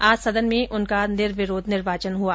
आज सदन में उनका निर्विरोध निर्वाचन हुआ